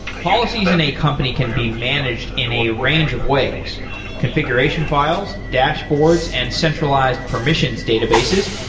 policies in a company can be managed in a range of ways configuration files, dashboards and centralized permissions databases.